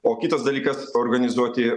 o kitas dalykas organizuoti